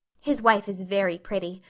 his wife is very pretty.